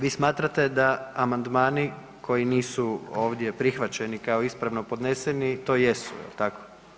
vi smatrate da amandmani koji nisu ovdje prihvaćeni kao ispravno podneseni, to jesu, je li tako?